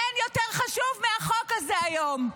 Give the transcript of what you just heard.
אין יותר חשוב מהחוק הזה היום.